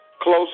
close